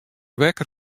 wekker